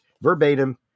verbatim